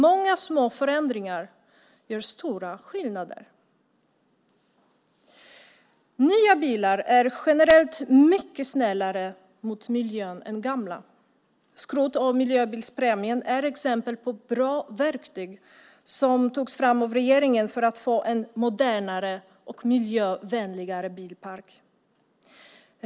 Många små ändringar gör stora skillnader. Nya bilar är generellt mycket snällare mot miljön än gamla. Skrot och miljöbilspremierna är exempel på bra verktyg som tagits fram av regeringen för att få en modernare och miljövänligare bilpark.